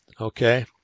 okay